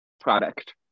product